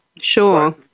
sure